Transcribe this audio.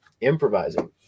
improvising